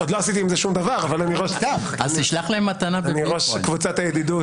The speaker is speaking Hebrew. עוד לא עשיתי עם זה שום דבר אבל אני ראש קבוצת הידידות.